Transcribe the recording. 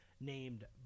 named